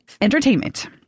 entertainment